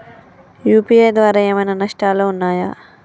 UPI ద్వారా ఏమైనా నష్టాలు ఉన్నయా?